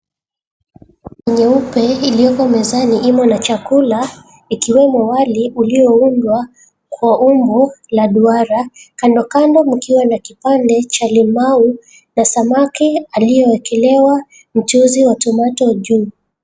Nyeupe iliyoko mezani imo na chakula ikiwemo wali ulioundwa kwa umbo la duara. Kandokando mkiwa na kipande cha limau na samaki aliyowekelewa mchuzi wa tomato juu.